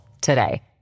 today